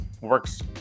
works